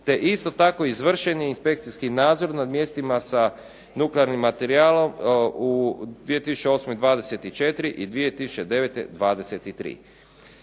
te isto tako izvršen je inspekcijski nadzor nad mjestima sa nuklearnim materijalom, u 2008. 24 i 2009. 23.